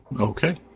Okay